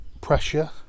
pressure